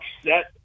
upset